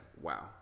wow